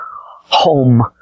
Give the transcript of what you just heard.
home